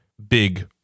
big